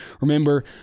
remember